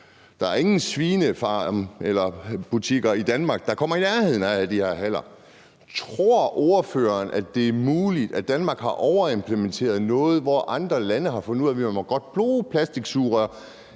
er jo ingen svinefarme eller ingen butikker i Danmark, der har en størrelse, der kommer i nærheden af størrelsen på de her haller. Tror ordføreren, at det er muligt, at Danmark har overimplementeret noget, hvor andre lande har fundet ud af, at de godt må bruge plastiksugerør?